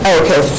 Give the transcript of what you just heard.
okay